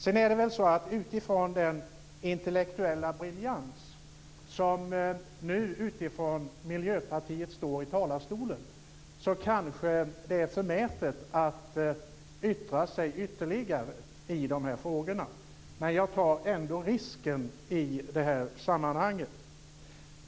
Med tanke på den intellektuella briljans som nu kommer från talarstolen, från en representant för Miljöpartiet, är det kanske förmätet att yttra sig ytterligare i dessa frågor. Men jag tar ändå risken i detta sammanhang.